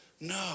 No